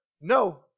no